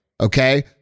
Okay